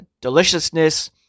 deliciousness